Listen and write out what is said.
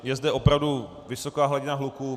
Je zde opravdu vysoká hladina hluku.